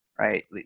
Right